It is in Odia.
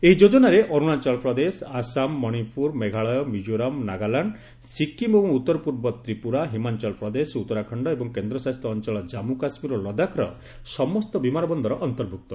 ଏହି ଯୋଜନାରେ ଅରୁଣାଚଳ ପ୍ରଦେଶ ଆସାମ ମଣିପୁର ମେଘାଳୟ ମିକୋରାମ ନାଗାଲ୍ୟାଣ୍ଡ୍ ସିକ୍କିମ୍ ଏବଂ ଉତ୍ତର ପୂର୍ବ ତ୍ରିପୁରା ହିମାଚଳ ପ୍ରଦେଶ ଉତ୍ତରାଖଣ୍ଡ ଏବଂ କେନ୍ଦ୍ରଶାସିତ ଅଞ୍ଚଳ କମ୍ମୁ କାଶ୍ମୀର ଓ ଲଦାଖ୍ର ସମସ୍ତ ବିମାନ ବନ୍ଦର ଅନ୍ତର୍ଭୁକ୍ତ